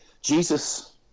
Jesus